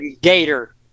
gator